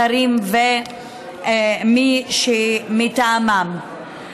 השרים ומי שמטעמם.